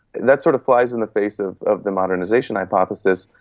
that sort of flies in the face of of the modernisation hypothesis,